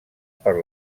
per